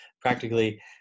Practically